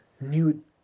new